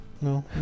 no